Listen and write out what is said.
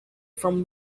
from